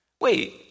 Wait